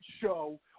show